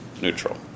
neutral